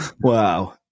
Wow